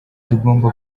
tugomba